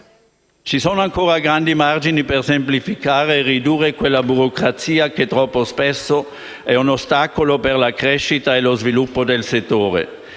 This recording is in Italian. Ci sono ancora grandi margini per semplificare e ridurre quella burocrazia che, troppo spesso, è un ostacolo per la crescita e lo sviluppo del settore.